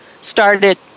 started